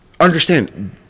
Understand